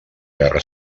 guerra